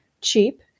cheap